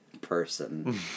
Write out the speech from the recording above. person